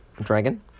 Dragon